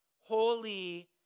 holy